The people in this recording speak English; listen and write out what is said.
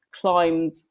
climbed